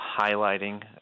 highlighting